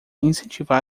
incentivar